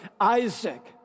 Isaac